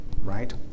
Right